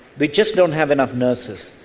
we just don't have enough nurses,